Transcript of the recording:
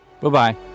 Bye-bye